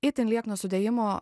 itin liekno sudėjimo